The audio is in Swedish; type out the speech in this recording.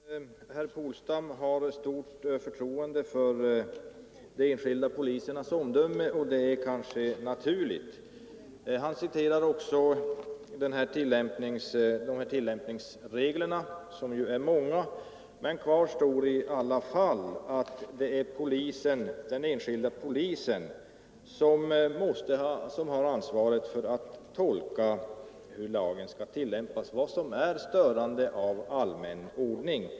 Herr talman! Herr Polstam har stort förtroende för de enskilda polismännens omdöme, och det är kanske naturligt. Han citerade också tillämpningsreglerna, som ju är många. Kvar står i alla fall att det är den enskilde polismannen som har ansvaret för att tolka hur lagen skall tillämpas och att avgöra vad som är störande av allmän ordning.